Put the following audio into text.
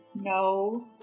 No